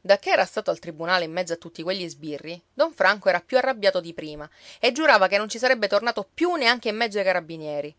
dacché era stato al tribunale in mezzo a tutti quegli sbirri don franco era più arrabbiato di prima e giurava che non ci sarebbe tornato più neanche in mezzo ai carabinieri